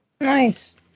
Nice